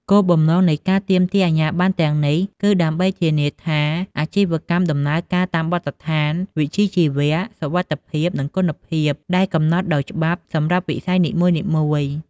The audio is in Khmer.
គោលបំណងនៃការទាមទារអាជ្ញាប័ណ្ណទាំងនេះ គឺដើម្បី ធានាថាអាជីវកម្មដំណើរការតាមបទដ្ឋានវិជ្ជាជីវៈ សុវត្ថិភាព និង គុណភាព ដែលកំណត់ដោយច្បាប់សម្រាប់វិស័យនីមួយៗ។